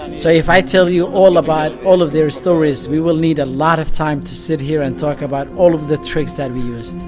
so if i tell you all about all of their stories, we will need a lot of time to sit here and talk about all the tricks that we used